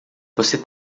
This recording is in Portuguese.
você